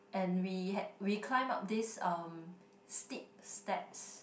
and we had we climbed up this um steep steps